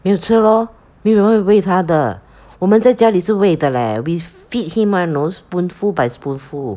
没有吃 lor 没有人会喂他的我们在家里是喂的 leh we feed him one know spoonful by spoonful